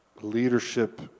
leadership